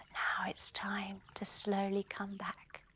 ah it's time to slowly come back.